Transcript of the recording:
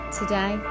today